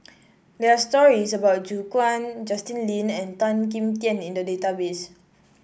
there are stories about Gu Juan Justin Lean and Tan Kim Tian in the database